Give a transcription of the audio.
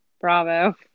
Bravo